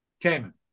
Cayman